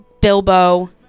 Bilbo